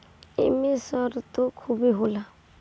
एमे सरतो खुबे होला